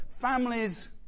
families